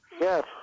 Yes